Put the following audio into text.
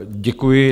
Děkuji.